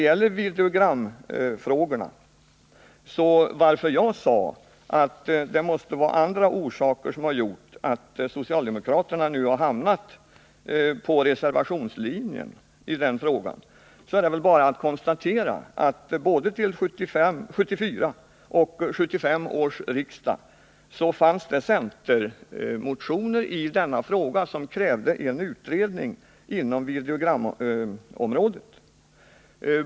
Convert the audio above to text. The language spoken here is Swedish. Jag sade att det måste finnas andra orsaker till att socialdemokraterna nu har hamnat på reservationslinjen i videogramfrågan; vi kan nämligen konstatera att till både 1974 och 1975 års riksdag framlades centermotioner med krav på en utredning inom videogramområdet.